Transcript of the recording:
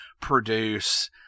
produce